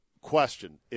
Question